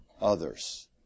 others